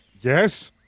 Yes